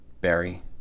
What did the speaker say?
Barry